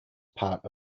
part